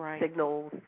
signals